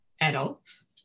adults